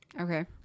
Okay